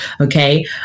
okay